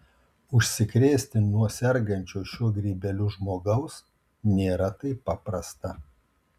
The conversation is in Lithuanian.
užsikrėsti nuo sergančio šiuo grybeliu žmogaus nėra taip paprasta